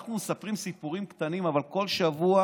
אנחנו מספרים סיפורים קטנים, אבל כל שבוע,